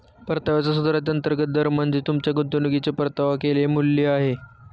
परताव्याचा सुधारित अंतर्गत दर म्हणजे तुमच्या गुंतवणुकीचे परतावा केलेले मूल्य आहे